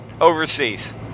overseas